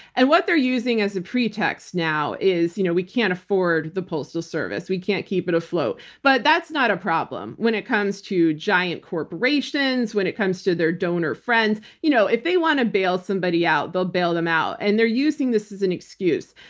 and what they're using as a pretext now is you know we can't afford the postal service. we can't keep it afloat. but that's not a problem when it comes to giant corporations, when it comes to their donor friends. you know if they want to bail somebody out, they'll bail them out. and they're using this as an an excuse.